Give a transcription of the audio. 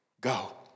go